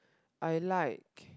I like